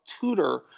tutor